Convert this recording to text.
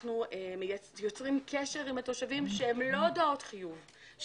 אנחנו יוצרים קשר עם התושבים שהם לא הודעות חיוב,